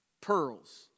pearls